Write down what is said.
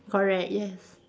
correct yes